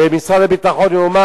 ומשרד הביטחון יאמר,